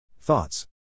Thoughts